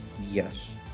Yes